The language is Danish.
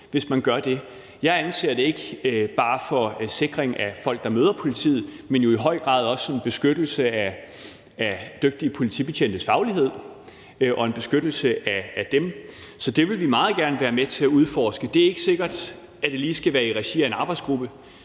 hvis man gør det. Jeg anser det ikke bare som en sikring af folk, der møder politiet, men jo i høj grad også som en beskyttelse af dygtige politibetjentes faglighed og en beskyttelse af dem, så det vil vi meget gerne være med til at udforske. Det er ikke sikkert, at det lige skal være i regi af en arbejdsgruppe